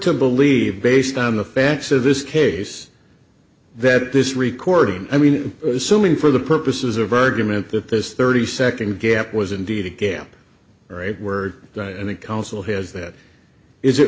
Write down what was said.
to believe based on the facts of this case that this recording i mean assuming for the purposes of argument that this thirty second gap was indeed a gap right word and the counsel has that is it